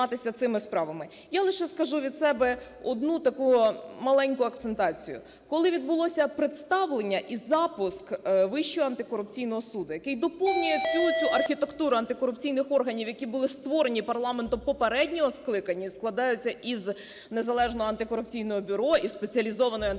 Я лише скажу від себе одну таку маленьку акцентацію. Коли відбулося представлення і запуск Вищого антикорупційного суду, який доповнює всю цю архітектуру антикорупційних органів, які були створені парламентом попереднього скликання і складаються із Незалежного антикорупційного бюро і Спеціалізованої антикорупційної